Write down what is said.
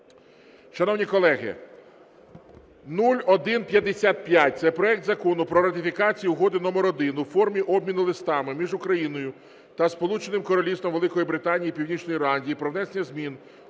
Шановні колеги, 0155 – це проект Закону про ратифікацію Угоди № 1 у формі обміну листами між Україною та Сполученим Королівством Великої Британії і Північної Ірландії про внесення змін